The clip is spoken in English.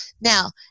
Now